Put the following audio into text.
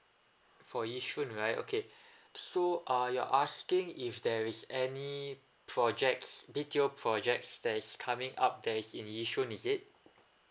for yishun right okay so ah you're asking if there is any projects B_T_O projects that is coming up there is in yishun is it